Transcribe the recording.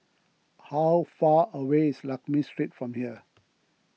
how far away is Lakme Street from here